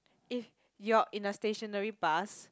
if your in a stationary bus